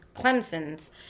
Clemson's